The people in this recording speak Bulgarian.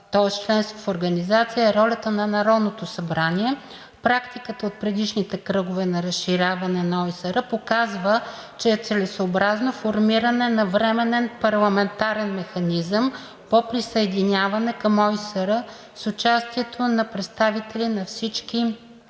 тоест членство в Организацията, е ролята на Народното събрание. Практиката от предишните кръгове на разширяване на ОИСР показва, че е целесъобразно формиране на временен парламентарен механизъм по присъединяване към ОИСР с участието на представители на всички